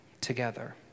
together